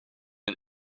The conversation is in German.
den